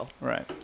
Right